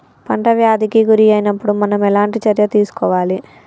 పంట వ్యాధి కి గురి అయినపుడు మనం ఎలాంటి చర్య తీసుకోవాలి?